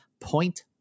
Point